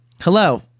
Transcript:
Hello